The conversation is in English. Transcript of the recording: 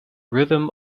rhythm